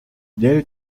daily